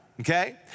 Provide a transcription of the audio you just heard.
Okay